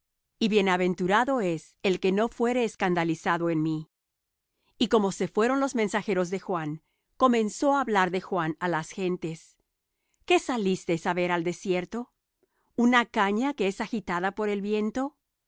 y bienaventurado es el que no fuere escandalizado en mí y como se fueron los mensajeros de juan comenzó á hablar de juan á las gentes qué salisteis á ver al desierto una caña que es agitada por el viento